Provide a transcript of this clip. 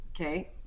Okay